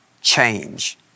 change